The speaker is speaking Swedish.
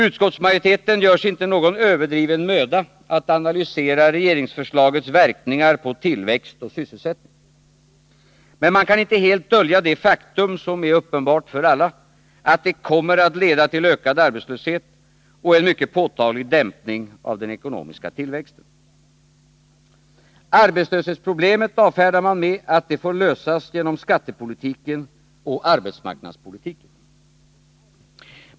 Utskottsmajoriteten gör sig inte någon överdriven möda att analysera regeringsförslagets verkningar på tillväxt och sysselsättning. Men man kan inte helt dölja det faktum, som är uppenbart för alla, att det kommer att leda till ökad arbetslöshet och en mycket påtaglig dämpning av den ekonomiska tillväxten. Arbetslöshetsproblemet avfärdar man med att det får lösas genom skattepolitiken och arbetsmarknadspolitiken.